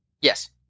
Yes